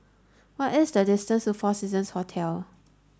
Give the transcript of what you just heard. what is the distance to Four Seasons Hotel